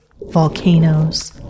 volcanoes